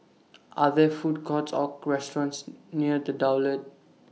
Are There Food Courts Or restaurants near The Daulat